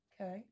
Okay